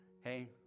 Hey